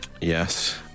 Yes